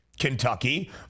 Kentucky